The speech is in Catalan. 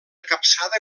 capçada